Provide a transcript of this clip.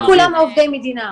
לא כולם עובדי מדינה.